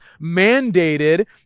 mandated